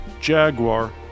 Jaguar